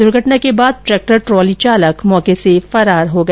दुर्घटना के बाद ट्रेक्टर ट्रॉली चालक मौके से फरार हो गया